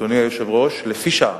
אדוני היושב-ראש, לפי שעה,